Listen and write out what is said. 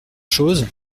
chose